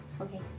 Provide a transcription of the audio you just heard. Okay